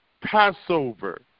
Passover